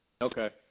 Okay